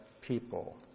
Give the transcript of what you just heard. people